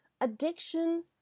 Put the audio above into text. Addiction